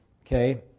Okay